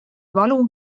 valu